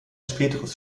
späteres